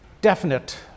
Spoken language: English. definite